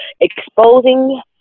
exposing